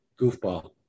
goofball